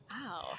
Wow